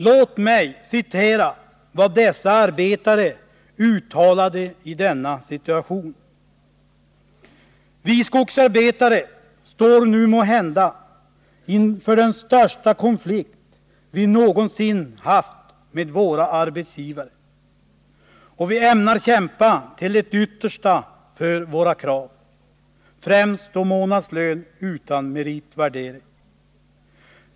Låt mig återge vad dessa arbetare uttalade i denna situation: Vi skogsarbetare står nu måhända inför den största konflikten vi någonsin haft med våra arbetsgivare, och vi ämnar kämpa till det yttersta för våra krav, främst då månadslön utan meritvärdering.